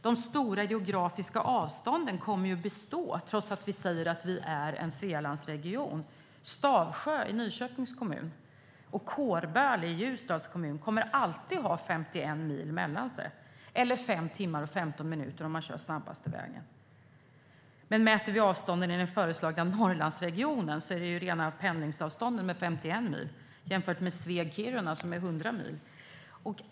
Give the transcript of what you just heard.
De stora geografiska avstånden kommer att bestå trots att vi säger att vi är en Svealandsregion. Stavsjö i Nyköpings kommun och Kårböle i Ljusdals kommun kommer alltid att ha 51 mil mellan sig, eller 5 timmar och 15 minuter om man kör snabbaste vägen. Man kan också mäta avstånden i den föreslagna Norrlandsregionen. 51 mil är rena pendlingsavståndet jämfört med sträckan Sveg-Kiruna, som är 100 mil.